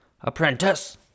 Apprentice